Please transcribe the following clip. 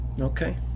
Okay